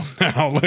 now